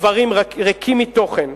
דברים ריקים מתוכן.